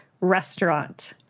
restaurant